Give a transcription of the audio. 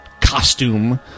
costume